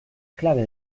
clave